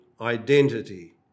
identity